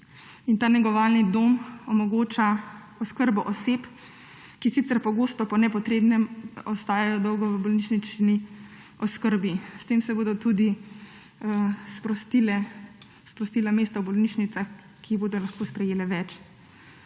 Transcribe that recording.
In ta negovalni dom omogoča oskrbo oseb, ki sicer pogosto po nepotrebnem ostajajo dolgo v bolnišnični oskrbi. S tem se bodo tudi sprostila mesta v bolnišnicah, ki bodo lahko sprejele več.